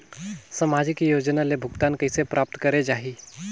समाजिक योजना ले भुगतान कइसे प्राप्त करे जाहि?